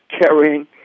carrying